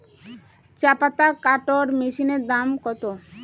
চাপাতা কাটর মেশিনের দাম কত?